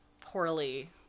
poorly